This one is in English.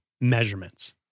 measurements